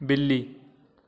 ਬਿੱਲੀ